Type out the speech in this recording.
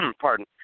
pardon